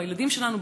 בילדים שלנו,